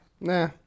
Nah